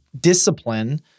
discipline